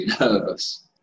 nervous